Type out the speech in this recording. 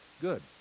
good